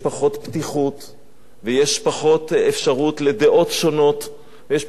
ויש פחות אפשרות לדעות שונות ויש פחות תחרות ויש פחות איכות,